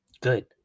good